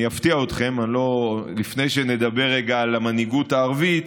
אני אפתיע אתכם: לפני שנדבר רגע על המנהיגות הערבית,